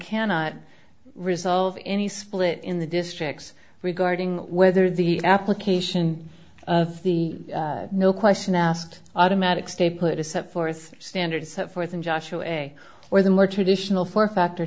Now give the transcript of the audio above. cannot resolve any split in the districts regarding whether the application of the no question asked automatic stay put a set forth standard set forth in joshua a or the more traditional form factor